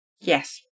yes